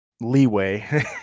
leeway